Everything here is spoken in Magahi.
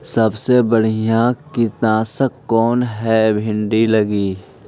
सबसे बढ़िया कित्नासक कौन है भिन्डी लगी?